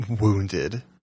wounded